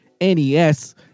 NES